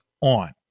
on